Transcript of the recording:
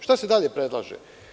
Šta se dalje predlaže?